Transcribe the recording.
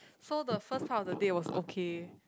so the first part of the date was okay